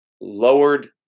lowered